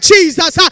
Jesus